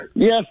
Yes